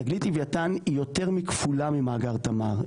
תגלית לווייתן היא יותר מכפולה ממאגר תמר.